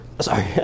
Sorry